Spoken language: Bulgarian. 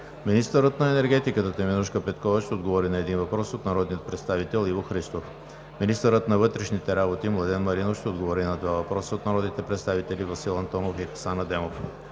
министърът на енергетиката Теменужка Петкова ще отговори на един въпрос от народния представител Иво Христов; - министърът на вътрешните работи Младен Маринов ще отговори на два въпроса от народните представители Васил Антонов; и Хасан Адемов;